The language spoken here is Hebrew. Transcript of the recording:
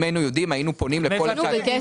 אם היינו יודעים, היינו פונים לכל אחד.